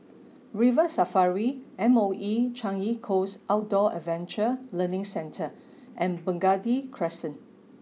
River Safari M O E Changi Coast Outdoor Adventure Learning Centre and Burgundy Crescent